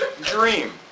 dream